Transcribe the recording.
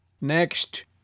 Next